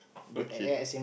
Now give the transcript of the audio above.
okay